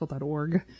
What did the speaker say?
org